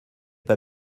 pas